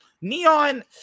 Neon